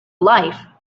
life